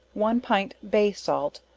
one pint bay salt,